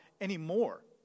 anymore